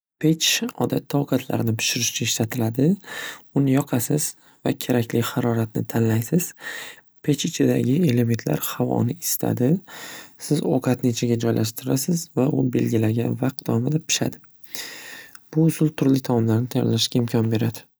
Pech odatda ovqatlarni pishirish uchun ishlatiladi. Uni yoqasiz va kerakli haroratni tanlaysiz. Pech ichidagi elementlar havoni isitadi. Siz ovqatni ichiga joylashtirasiz va u belgilangan vaqt davomida pishadi. Bu usul turli taomlarni tayyorlashga imkon beradi.